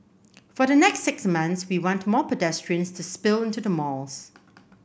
for the next six months we want more pedestrians to spill into the malls